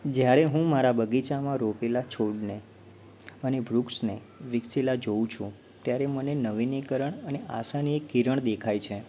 જયારે હું મારા બગીચામાં રોપેલા છોડને અને વૃક્ષને વિકસેલાં જોઉં છું ત્યારે મને નવીનીકરણ અને આશાની એક કિરણ દેખાય છે